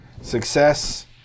success